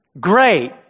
Great